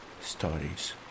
stories